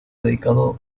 dedicado